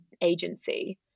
agency